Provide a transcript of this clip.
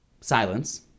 silence